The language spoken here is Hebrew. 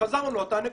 וחזרנו לאותה נקודה.